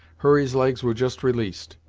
hurry's legs were just released,